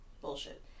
Bullshit